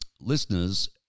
listeners